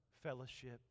fellowship